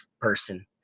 person